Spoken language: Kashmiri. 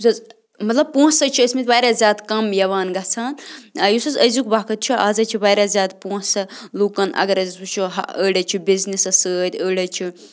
یُس حظ مطلب پونٛسَے چھِ ٲسۍمٕتۍ واریاہ زیادٕ کَم یِوان گژھان یُس حظ أزیُک وقت چھِ آز حظ چھِ واریاہ زیادٕ پونٛسہٕ لوٗکَن اگر حظ وٕچھو أڑۍ حظ چھِ بِزنِسَس سۭتۍ أڑۍ حظ چھِ